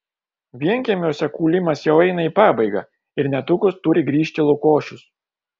vienkiemiuose kūlimas jau eina į pabaigą ir netrukus turi grįžti lukošius